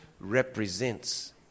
represents